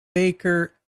baker